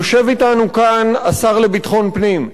יושב אתנו כאן השר לביטחון פנים,